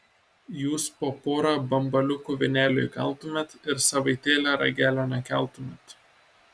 jūs po porą bambaliukų vynelio įkaltumėt ir savaitėlę ragelio nekeltumėt